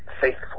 faithful